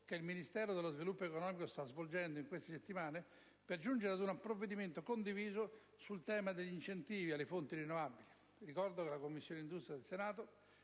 che il Ministero dello sviluppo economico sta svolgendo in queste settimane per giungere ad un provvedimento condiviso sul tema degli incentivi alle fonti rinnovabili. Ricordo che la Commissione industria del Senato,